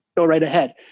go right ahead.